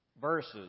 verses